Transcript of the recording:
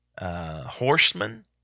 horsemen